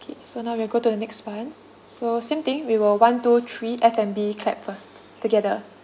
K so now we'll go to the next one so same thing we will one two three F&B clap first together